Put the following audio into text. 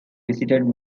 visited